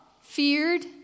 feared